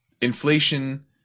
inflation